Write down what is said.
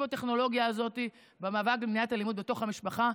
בטכנולוגיה הזאת במאבק למניעת אלימות בתוך המשפחה,